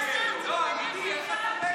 נתיבי איילון,